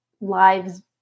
lives